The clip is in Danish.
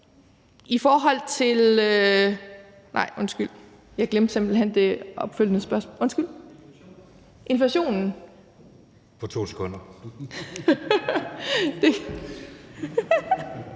I forhold til – nej, undskyld, jeg glemte simpelt hen det opfølgende spørgsmål – inflationen, ja! (Tredje